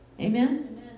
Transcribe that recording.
Amen